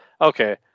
Okay